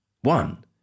One